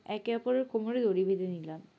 একে অপরের কোমরে দড়ি বেঁধে নিলাম